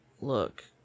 Look